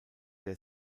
der